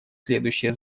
следующее